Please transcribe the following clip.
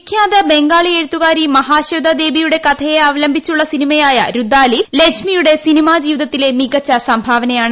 വിഖ്യാത ബംഗാളി എഴുത്തുകാരി മഹാശ്വേത ദേബിയുടെ കഥയെ അവംലബിച്ചുള്ള സിനിമയായ രുദാലി ലജ്മിയുടെ സിനിമാ ജീവിതത്തിലെ മികച്ച സംഭാവനയാണ്